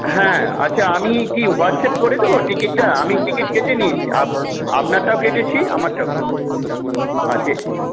হ্যাঁ আচ্ছা আমি কি হোয়াটস্যাপ করে দেবো টিকিটটা আমি টিকিট কেটে নিয়েছি আপনারটাও কেটেছি আমারটাও আছে